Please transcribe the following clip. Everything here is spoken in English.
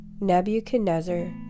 Nebuchadnezzar